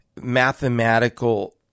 mathematical